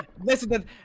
listen